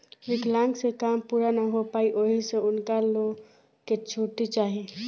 विकलांक से काम पूरा ना हो पाई ओहि से उनका लो के छुट्टी चाही